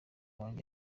wanjye